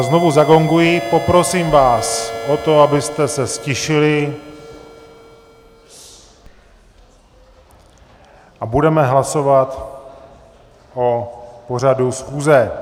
Znovu zagonguji, poprosím vás o to, abyste se ztišili, a budeme hlasovat o pořadu schůze.